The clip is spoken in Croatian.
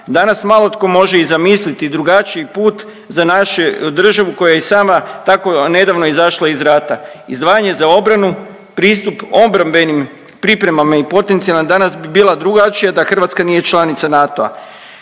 Danas malo tko može i zamisliti drugačiji put za našu državu koja je i sama tako nedavno izašla iz rata. Izdvajanje za obranu, pristup obrambenim pripremama i potencijalna danas bi bila drugačija da Hrvatska nije članica NATO-a.